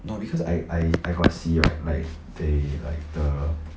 no because I I I got see right they like they like the